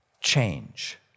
change